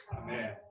Amen